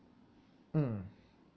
mm